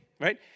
right